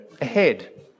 ahead